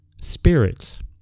spirits